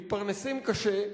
מתפרנסים קשה,